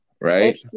Right